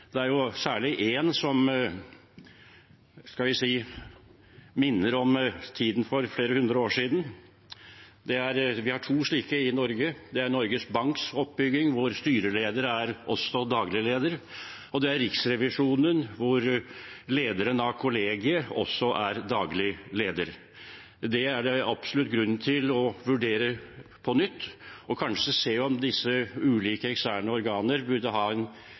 særlig én oppbygging minner om tiden for flere hundre år siden. Vi har to slike i Norge: Norges Banks oppbygging, der styreleder også er daglig leder, og Riksrevisjonen, der lederen av kollegiet også er daglig leder. Det er det absolutt grunn til å vurdere på nytt og kanskje se på om disse ulike eksterne organene burde ha en